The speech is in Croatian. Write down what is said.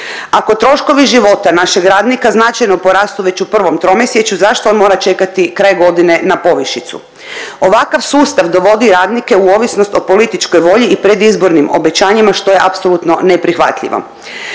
Ako troškovi života našeg radnika značajno porastu već u prvom tromjesečju, zašto on mora čekati kraj godine na povišicu? Ovakav sustav dovodi radnike o političkoj volji i predizbornim obećanjima, što je apsolutno neprihvatljivo,